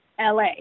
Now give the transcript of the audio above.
LA